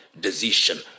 decision